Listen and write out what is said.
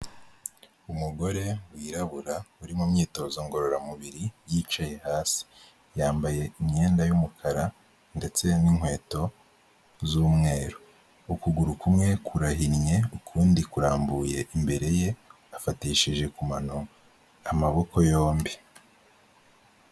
Umugore wirabura uri mu myitozo ngororamubiri yicaye hasi, yambaye imyenda y'umukara ndetse n'inkweto z'umweru, ukuguru kumwe kurahinnye ukundi kurambuye imbere ye afatishije ku mano amaboko yombi.